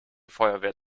feuerwehr